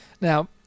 Now